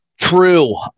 True